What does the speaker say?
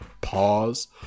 pause